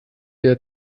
der